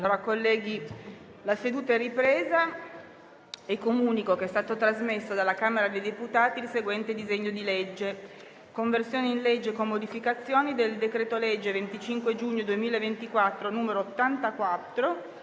apre una nuova finestra"). Comunico che è stato trasmesso dalla Camera dei deputati il seguente disegno di legge: «Conversione in legge, con modificazioni, del decreto-legge 25 giugno 2024, n. 84,